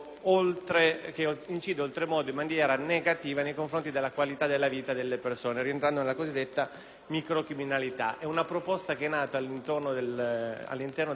È una proposta nata all'interno del tavolo sulla sicurezza creato in Piemonte, nella fattispecie a Torino.